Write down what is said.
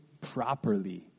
properly